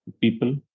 people